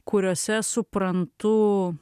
kuriose suprantu